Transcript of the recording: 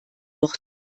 noch